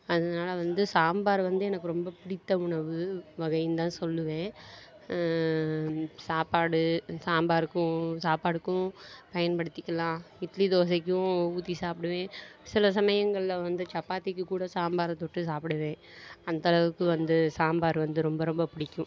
அதனால வந்து சாம்பார் வந்து எனக்கு ரொம்ப பிடித்த உணவு வகைன்னு தான் சொல்வேன் சாப்பாடு சாம்பாருக்கும் சாப்பாட்டுக்கும் பயன்படுத்திக்கலாம் இட்லி தோசைக்கும் ஊற்றி சாப்பிடுவேன் சில சமயங்களில் வந்து சப்பாத்திக்குக்கூட சாம்பாரை தொட்டு சாப்புடுவேன் அந்த அளவுக்கு வந்து சாம்பார் வந்து ரொம்ப ரொம்ப பிடிக்கும்